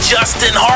Justin